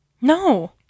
No